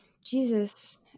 Jesus